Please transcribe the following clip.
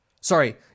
sorry